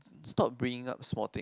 stop bringing up small thing